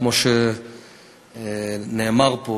כמו שנאמר פה,